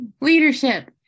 Leadership